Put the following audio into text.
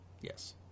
Yes